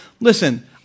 Listen